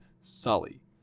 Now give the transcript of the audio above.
Sully